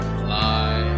fly